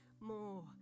more